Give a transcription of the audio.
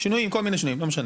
כל מיני שינויים לא משנה.